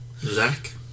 Zach